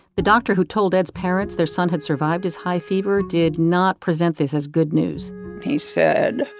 the doctor who told ed's parents their son had survived his high fever did not present this as good news he said,